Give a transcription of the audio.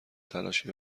تلاشی